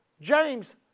James